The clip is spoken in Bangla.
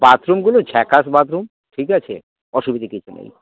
বাথরুমগুলো ঝ্যাকাশ বাথরুম ঠিক আছে অসুবিধে কিছু নেই